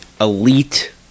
elite